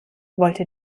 wollte